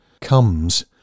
comes